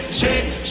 shake